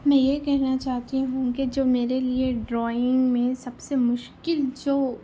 میں یہ کہنا چاہتی ہوں کہ جو میرے لیے ڈرائنگ میں سب سے مشکل جو